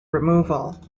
removal